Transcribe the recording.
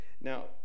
Now